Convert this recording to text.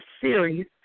series